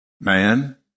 man